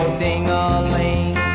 ding-a-ling